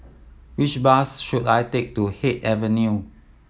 which bus should I take to Haig Avenue